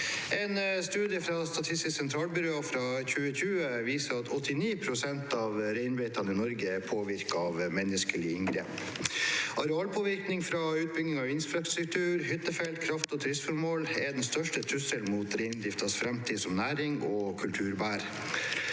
«En studie fra Statis- tisk sentralbyrå fra 2020 viser at 89 pst. av reinbeitene i Norge er påvirket av menneskelige inngrep. Arealpåvirkning fra utbygging av infrastruktur, hyttefelt, kraft og turistformål er den største trusselen mot reindriftens fremtid som næring og kulturbærer.